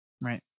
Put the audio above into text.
Right